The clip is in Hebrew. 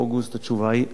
התשובה היא לא,